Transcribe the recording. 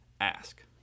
ask